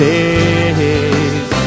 Days